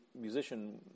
musician